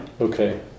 Okay